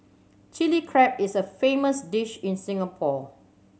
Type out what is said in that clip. Chilli Crab is a famous dish in Singapore